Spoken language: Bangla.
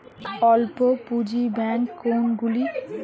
অল্প পুঁজি ব্যাঙ্ক কোনগুলি?